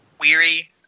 weary